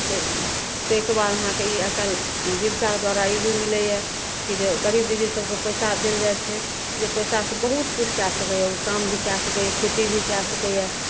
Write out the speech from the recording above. ताहि ताहिके बाद अहाँके ई आइकाल्हि जीविका द्वारा ई भी मिलैए कि जे गरीब दीदी सभकेँ पइसा देल जाइ छै जे पइसासे बहुत किछु कै सकैए ओ काम भी कै सकैए खेती भी कै सकैए